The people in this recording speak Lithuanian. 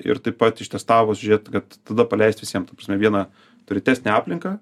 ir taip pat ištestavus žiūrėt kad tada paleist visiem ta prasme vieną tvirtesnę aplinką